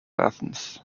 athens